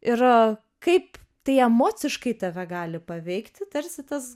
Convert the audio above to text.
ir kaip tai emociškai tave gali paveikti tarsi tas